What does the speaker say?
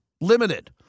limited